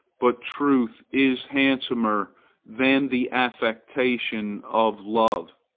but truth is handsomer than the affectation of love.